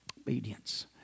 obedience